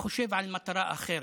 חושב על מטרה אחרת,